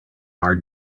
are